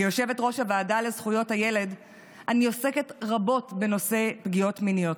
כיושבת-ראש הוועדה לזכויות הילד אני עוסקת רבות בנושא פגיעות מיניות.